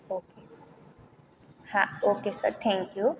okay હા okay sir thank you